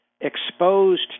exposed